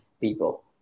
people